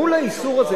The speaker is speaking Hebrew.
מול האיסור הזה,